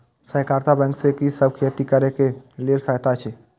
सहकारिता बैंक से कि सब खेती करे के लेल सहायता अछि?